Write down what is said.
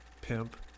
pimp